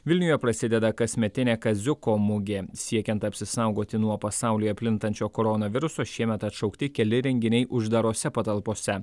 vilniuje prasideda kasmetinė kaziuko mugė siekiant apsisaugoti nuo pasaulyje plintančio koronaviruso šiemet atšaukti keli renginiai uždarose patalpose